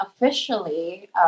officially